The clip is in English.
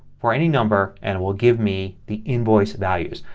for any number and it will give me the invoice values.